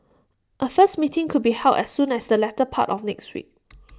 A first meeting could be held as soon as the latter part of next week